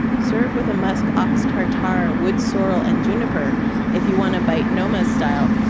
serve with a musk ox tartare or wood sorrel and juniper if you wanna bite noma's style.